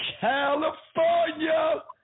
California